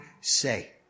say